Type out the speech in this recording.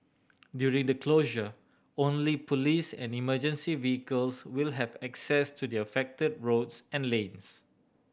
during the closure only police and emergency vehicles will have access to the affected roads and lanes